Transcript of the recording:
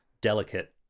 delicate